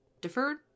deferred